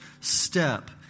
step